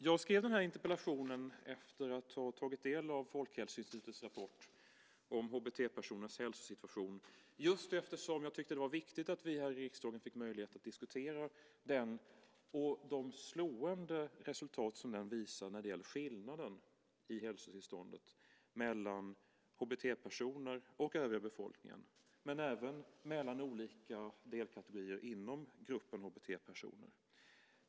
Jag skrev interpellationen efter att jag hade tagit del av Folkhälsoinstitutets rapport om HBT-personers hälsosituation just eftersom jag tycker att det är viktigt att vi här i riksdagen får möjlighet att diskutera rapporten och de slående resultat som den visar när det gäller skillnaden i hälsotillståndet mellan HBT-personer och övriga befolkningen, men även mellan olika delkategorier inom gruppen HBT-personer.